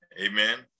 Amen